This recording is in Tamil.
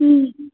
ம்